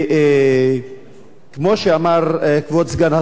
כמו שאמר כבוד סגן השר,